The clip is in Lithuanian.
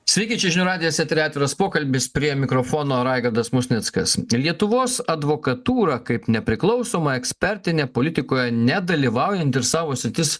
sveiki čia žinių radijas eteryje atviras pokalbis prie mikrofono raigardas musnickas lietuvos advokatūra kaip nepriklausoma ekspertinė politikoje nedalyvaujanti ir savo sritis